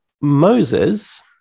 Moses